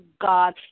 God